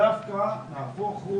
להפך,